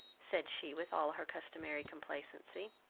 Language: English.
said she with all her accustomary complacency.